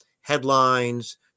headlines